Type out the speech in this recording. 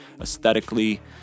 aesthetically